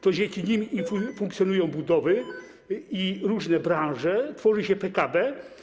To dzięki nim funkcjonują budowy i różne branże, tworzy się PKB.